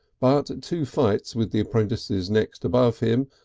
but two fights with the apprentices next above him,